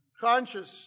conscious